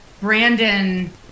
Brandon